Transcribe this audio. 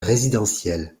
résidentiel